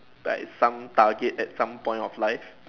like some target at some point of life